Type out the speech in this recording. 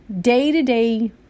day-to-day